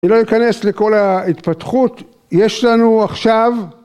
אני לא אכנס לכל ההתפתחות, יש לנו עכשיו